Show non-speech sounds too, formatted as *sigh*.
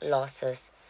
losses *breath*